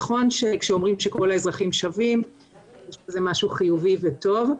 נכון שכשאומרים שכל האזרחים שווים זה משהו חיובי וטוב,